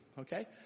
okay